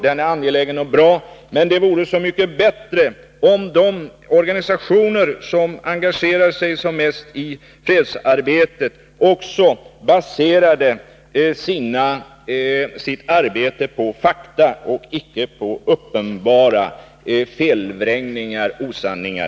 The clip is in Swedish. Den är angelägen, men den vore så mycket bättre om de organisationer som engagerar sig i fredsarbetet också baserade sitt arbete på fakta och icke på felaktiga påståenden, förvrängningar och osanningar.